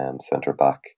centre-back